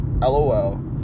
lol